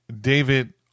David